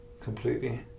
completely